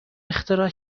اختراع